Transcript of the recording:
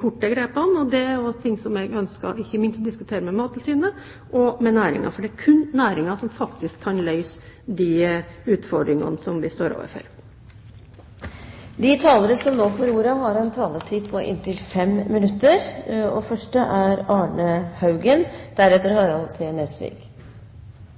kortsiktige grepene. Det er ting jeg ønsker å diskutere ikke minst med Mattilsynet, men også med næringen, for det er kun næringen som faktisk kan løse de utfordringene vi står overfor. Representanten Flåtten har tatt opp en meget viktig sak i sin interpellasjon. Oppdrettsnæringen er en særdeles viktig kystnæring som bidrar til stor verdiskaping, arbeidsplasser og